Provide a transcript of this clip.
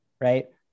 right